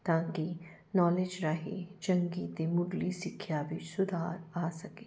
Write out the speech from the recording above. ਤਾਂਕਿ ਨੌਲੇਜ ਰਾਹੀਂ ਚੰਗੀ ਅਤੇ ਮੁਢਲੀ ਸਿੱਖਿਆ ਵਿੱਚ ਸੁਧਾਰ ਆ ਸਕੇ